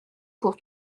pour